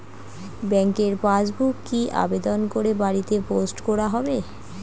ব্যাংকের পাসবুক কি আবেদন করে বাড়িতে পোস্ট করা হবে?